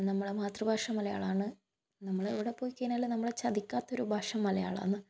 നമ്മളുടെ മാതൃ ഭാഷ മലയാളമാണ് നമ്മൾ എവിടെ പോയി കഴിഞ്ഞാലും നമ്മളെ ചതിക്കാത്ത ഒരു ഭാഷ മലയാളമാണ്